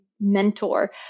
mentor